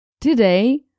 Today